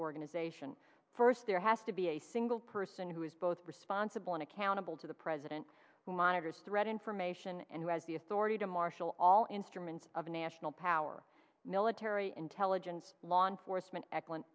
organization first there has to be a single person who is both responsible and accountable to the president who monitors threat information and who has the authority to marshal all instruments of national power military intelligence law enforcement e